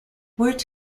wirt